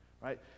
right